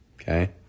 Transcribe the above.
okay